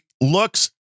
looks